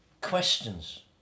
questions